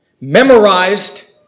memorized